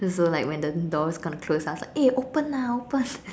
so so like when the door was going to close I was like eh open lah open